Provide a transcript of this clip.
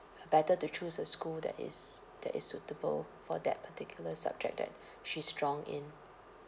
uh better to choose a school that is that is suitable for that particular subject that she's strong in